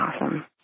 awesome